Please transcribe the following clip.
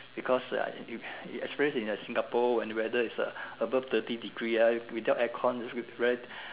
because uh if we experience in Singapore when the weather is uh above thirty degree ah without aircon it will be very